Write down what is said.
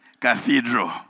Cathedral